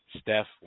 Steph